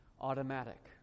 automatic